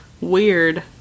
weird